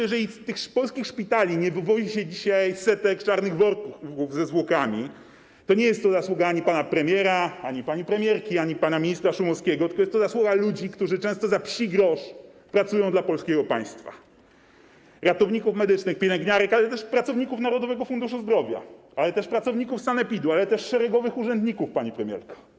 Jeżeli z tych polskich szpitali nie wywozi się dzisiaj setek czarnych worków ze zwłokami, to nie jest to zasługa ani pana premiera, ani pani premierki, ani pana ministra Szumowskiego, tylko jest to zasługa ludzi, którzy często za psi grosz pracują dla polskiego państwa: ratowników medycznych, pielęgniarek, ale też pracowników Narodowego Funduszu Zdrowia, pracowników sanepidu i szeregowych urzędników, pani premierko.